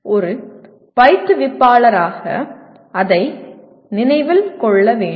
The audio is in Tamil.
ஒரு பயிற்றுவிப்பாளராக அதை நினைவில் கொள்ள வேண்டும்